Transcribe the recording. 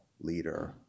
leader